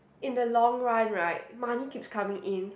in the long run right money keeps coming in